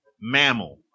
mammal